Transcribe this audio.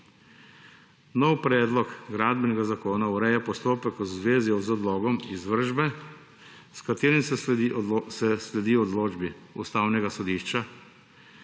Nov predlog Gradbenega zakona ureja postopek v zvezi z odlogom izvršbe, s katerim se sledi odločbi Ustavnega sodišča,